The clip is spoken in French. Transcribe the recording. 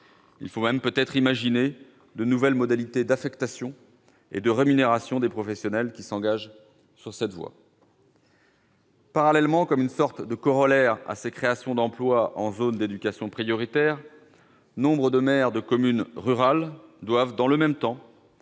faut-il même imaginer de nouvelles modalités d'affectation et de rémunération des professionnels qui s'engagent sur cette voie. Parallèlement, comme une sorte de corollaire à ces créations d'emplois en zone d'éducation prioritaire, nombre de maires de communes rurales doivent, dans le même temps,